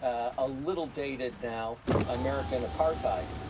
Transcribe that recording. a little dated now american apartheid.